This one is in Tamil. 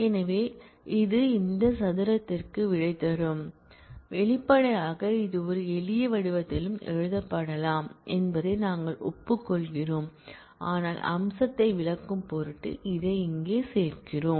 எனவே இது இந்த சதுரத்திற்கு விடை தரும் வெளிப்படையாக இது ஒரு எளிய வடிவத்திலும் எழுதப்படலாம் என்பதை நாங்கள் ஒப்புக்கொள்கிறோம் ஆனால் அம்சத்தை விளக்கும் பொருட்டு இதை இங்கே சேர்க்கிறோம்